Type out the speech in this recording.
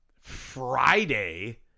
Friday